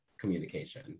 communication